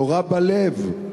יורה בלב,